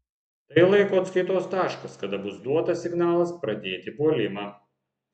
tai laiko atskaitos taškas kada bus duotas signalas pradėti puolimą